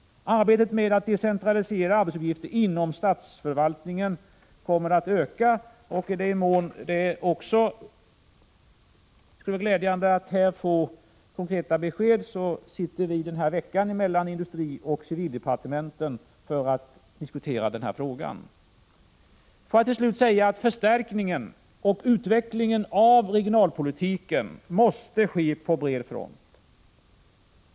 Arbetet med att decentralisera arbetsuppgifter inom statsförvaltningen kommer att utökas. I den mån man anser att det också härvidlag är glädjande att få konkreta besked kan jag nämna att vi under denna vecka diskuterar den här frågan mellan civiloch industridepartementen. Får jag till slut säga att förstärkningen och utvecklingen av regionalpolitiken måste ske på bred front.